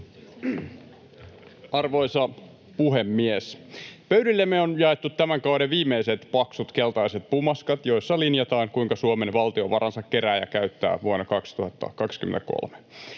Arvoisa puhemies! Pöydillemme on jaettu tämän kauden viimeiset paksut keltaiset pumaskat, joissa linjataan, kuinka Suomen valtio varansa kerää ja käyttää vuonna 2023.